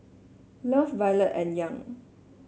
love Violet and Young